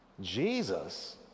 jesus